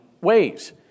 ways